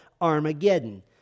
Armageddon